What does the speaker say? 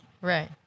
Right